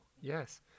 yes